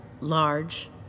large